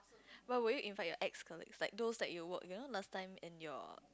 but will you invite your ex colleagues like those that you work you know last time in your